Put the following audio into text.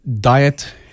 diet